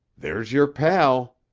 there's your pal.